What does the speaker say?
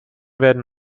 werden